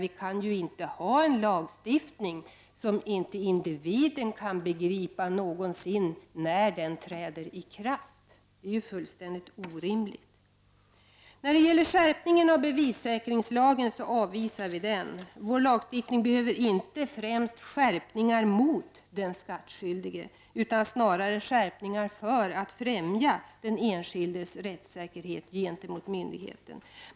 Vi kan ju inte ha en lagstiftning där individen inte kan begripa när den träder i kraft. Det är fullständigt orimligt. Vi avvisar förslaget om skärpning av bevissäkringslagen. Vår lagstifning behöver inte främst skärpningar mot den skattskyldige, utan snarare skärpningar för att främja den enskildes rättssäkerhet gentemot myndigheten.